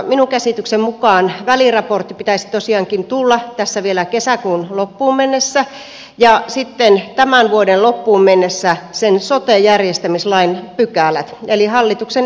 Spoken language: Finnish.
minun käsitykseni mukaan väliraportin pitäisi tosiaankin tulla tässä vielä kesäkuun loppuun mennessä ja sitten tämän vuoden loppuun mennessä sen sote jäjestämislain pykälät eli hallituksen esitys siitä